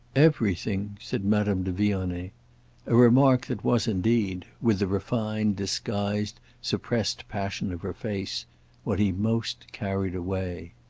everything, said madame de vionnet a remark that was indeed with the refined disguised suppressed passion of her face what he most carried away.